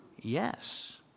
Yes